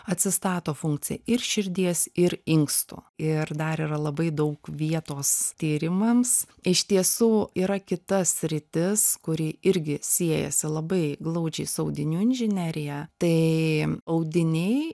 atsistato funkcija ir širdies ir inkstų ir dar yra labai daug vietos tyrimams iš tiesų yra kita sritis kuri irgi siejasi labai glaudžiai su audinių inžinerija tai audiniai